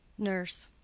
nurse.